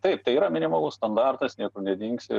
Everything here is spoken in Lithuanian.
taip tai yra minimalus standartas niekur nedingsi